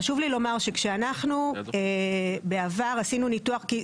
חשוב לי לומר שכשאנחנו בעבר עשינו ניתוח,